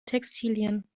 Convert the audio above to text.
textilien